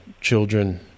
children